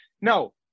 no